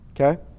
Okay